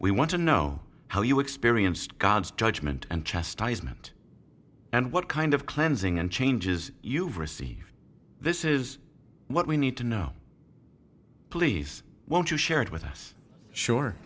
we want to know how you experienced god's judgment and chastisement and what kind of cleansing and changes you've received this is what we need to know please won't you shared with us sure